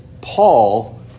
Paul